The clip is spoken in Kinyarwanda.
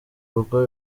rugo